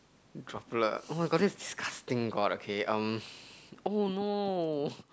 chocolate oh-my-god this is disgusting god okay um oh no